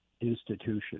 institution